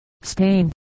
Spain